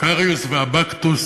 קריוס ובקטוס